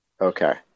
Okay